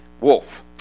wolf